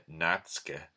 Natske